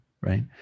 Right